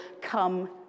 come